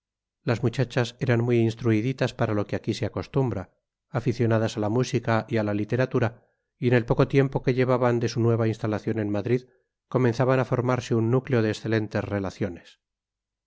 las muchachas eran muy instruiditas para lo que aquí se acostumbra aficionadas a la música y a la literatura y en el poco tiempo que llevaban de su nueva instalación en madrid comenzaban a formarse un núcleo de excelentes relaciones